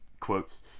Quotes